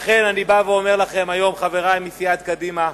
לכן אני אומר לכם היום, חברי מסיעת קדימה,